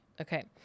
Okay